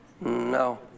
No